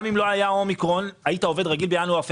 גם אם לא היה אומיקרון והיית עובד רגיל בינואר-פברואר